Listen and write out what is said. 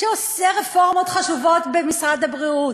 שעושה רפורמות חשובות במשרד הבריאות,